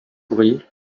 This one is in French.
courrier